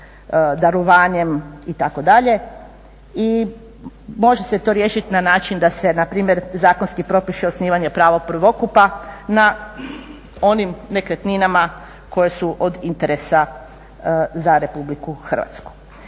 darovanjem itd. I može se to riješiti na način da se na primjer zakonski propiše osnivanje prava prvokupa na onim nekretninama koje su od interesa za RH. Evo, to su